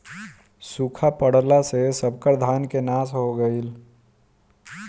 सुखा पड़ला से सबकर धान के नाश हो गईल